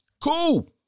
Cool